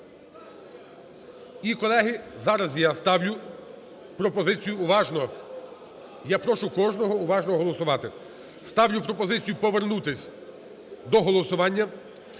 І, колеги, зараз я ставлю пропозицію… Уважно! Я прошу кожного уважно голосувати. Ставлю пропозицію повернутись до голосування